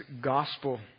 gospel